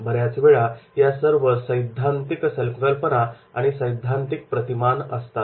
बऱ्याचवेळा या सर्व सैद्धांतिक कल्पना आणि सैद्धांतिक प्रतिमान असतात